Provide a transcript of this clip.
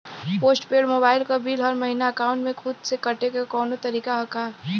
Post paid mobile क bill हर महिना एकाउंट से खुद से कटे क कौनो तरीका ह का?